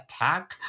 attack